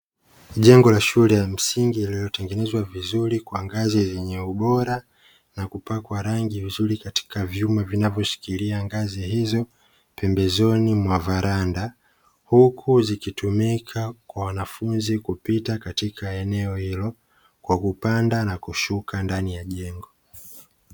Jengo la shule ya msingi lililotengenezwa vizuri kwa ngazi yenye ubora na kupakwa rangi vizuri katika vyuma vinavoshikilia ngazi hizo pembezoni mwa varanda, huku zikitumika kwa wanafunzi kupita katika eneo hilo, kwa kupanda na kushuka ndani ya jengo.